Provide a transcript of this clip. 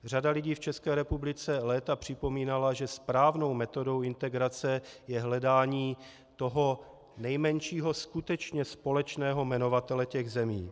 Řada lidí v České republice léta připomínala, že správnou metodou integrace je hledání toho nejmenšího skutečně společného jmenovatele těch zemí.